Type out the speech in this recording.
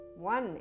one